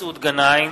מסעוד גנאים,